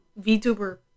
VTuber